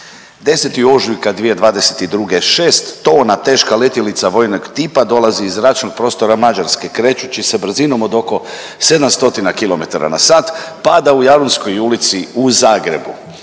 10. ožujka 2022. 6 tona teška letjelica vojnog tipa dolazi iz zračnog prostora Mađarske krećući se brzinom od oko 700 kilometara na sat, pada u Jarunskoj ulici u Zagrebu.